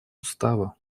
устава